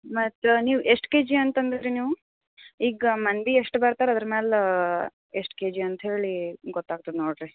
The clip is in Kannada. ಮತ್ತು ನೀವು ಎಷ್ಟು ಕೆ ಜಿ ಅಂತಂದಿರಿ ನೀವು ಈಗ ಮಂದಿ ಎಷ್ಟು ಬರ್ತಾರೆ ಅದ್ರ ಮೇಲೆ ಎಷ್ಟು ಕೆ ಜಿ ಅಂಥೇಳಿ ಗೊತ್ತಾಗ್ತದೆ ನೋಡಿರಿ